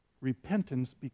Repentance